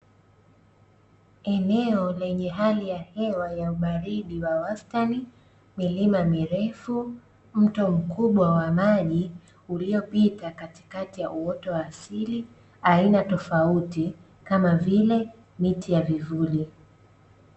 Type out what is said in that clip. Eneo lenye hali ya hewa ya ubaridi wa wastani, milima mirefu, mto mkubwa wa maji uliopita katikati ya uoto wa asili aina tofauti kama vile miti ya vivuli.